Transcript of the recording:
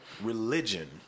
religion